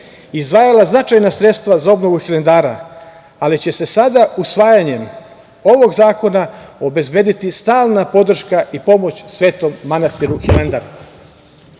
izdvajala značajna sredstva za obnovu Hilandara, ali će se sada usvajanjem ovog zakona obezbediti stalna podrška i pomoć Svetom manastiru Hilandar. Kako